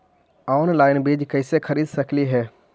Online बीज कईसे खरीद सकली हे?